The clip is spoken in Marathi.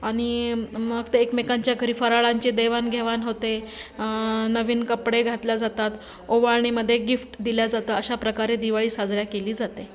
आणि मग तर एकमेकांच्या घरी फराळांची देवाण घेवाण होते नवीन कपडे घातले जातात ओवाळणीमध्ये गिफ्ट दिले जातं अशा प्रकारे दिवाळी साजरी केली जाते